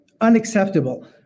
unacceptable